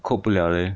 cope 不了 leh